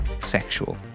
sexual